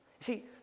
see